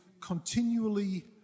continually